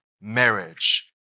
marriage